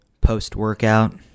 post-workout